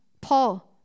Paul